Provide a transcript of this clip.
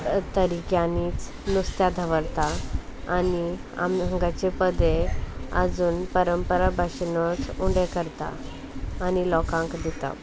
तरिक्यांनीच नुस्त्या धवरता आनी आमगाचे पदे आजून परंपरा भाशेनच उडें करता आनी लोकांक दिता